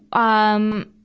um,